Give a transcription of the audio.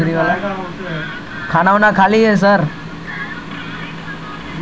शहदेर इस्तेमाल स गल्लार खराशेर असान इलाज कराल जबा सखछे